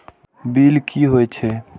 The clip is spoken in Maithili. बील की हौए छै?